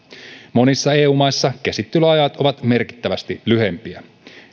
monissa eu maissa käsittelyajat ovat merkittävästi lyhempiä